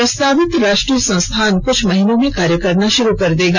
प्रस्तावित राष्ट्रीय संस्थान कुछ महीनों में कार्य करना शुरू कर देगा